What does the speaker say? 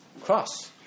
cross